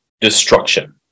destruction